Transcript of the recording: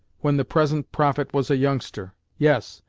when the present prophet was a youngster. yes,